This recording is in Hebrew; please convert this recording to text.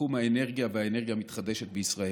בתחום האנרגיה והאנרגיה המתחדשת בישראל.